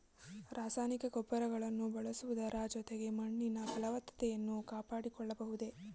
ರಾಸಾಯನಿಕ ಗೊಬ್ಬರಗಳನ್ನು ಬಳಸುವುದರ ಜೊತೆಗೆ ಮಣ್ಣಿನ ಫಲವತ್ತತೆಯನ್ನು ಕಾಪಾಡಿಕೊಳ್ಳಬಹುದೇ?